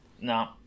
No